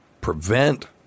prevent